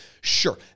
sure